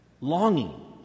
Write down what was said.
longing